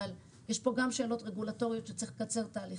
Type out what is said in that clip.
אבל יש פה גם שאלות רגולטוריות וצריך לקצר תהליכים.